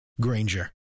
Granger